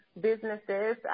businesses